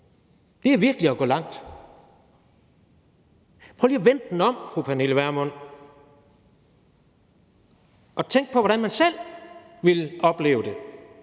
Det er virkelig at gå langt. Prøv lige at vende den om, fru Pernille Vermund, og tænk på, hvordan man selv ville opleve det.